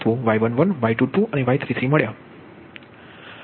આગળ ત્રાંસા તત્વો Y12 y12